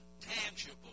tangible